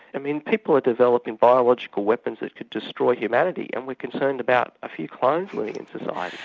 i mean people are developing biological weapons that could destroy humanity and we're concerned about a few clones living in society.